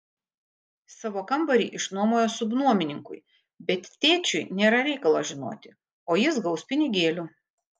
savo kambarį išnuomojo subnuomininkui bet tėčiui nėra reikalo žinoti o jis gaus pinigėlių